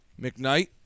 McKnight